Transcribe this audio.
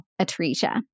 atresia